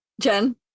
Jen